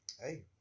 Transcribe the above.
Hey